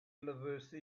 universe